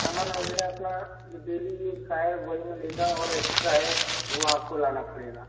सामान वगैरह अपना जो डेली यूज का है वही मिलेगा और एक्स्ट्रा है वो आपको लाना पड़ेगा